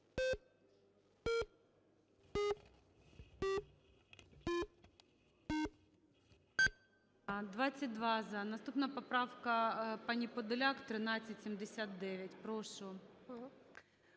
За-22 Наступна поправка пані Подоляк 1379. Прошу.